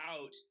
out